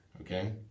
okay